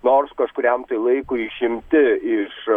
nors kažkuriam tai laikui išimti iš